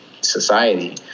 society